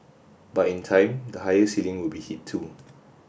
but in time the higher ceiling will be hit too